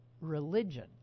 religion